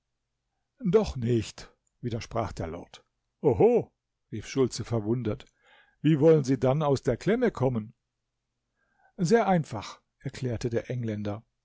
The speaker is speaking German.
doch nicht widersprach der lord oho rief schultze verwundert wie wollen sie dann aus der klemme kommen sehr einfach erklärte der engländer